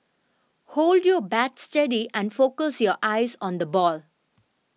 hold your bat steady and focus your eyes on the ball